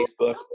Facebook